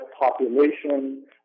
population